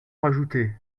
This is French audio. rajouter